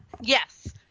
yes